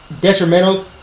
detrimental